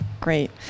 great